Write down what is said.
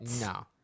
no